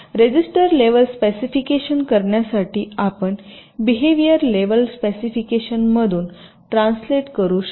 register level specification करण्यासाठी आपण behaviour level specification मधून ट्रान्सलेट करू शकता